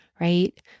right